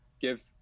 give